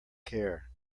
care